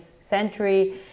century